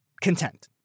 Content